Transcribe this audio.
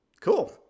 Cool